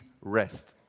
rest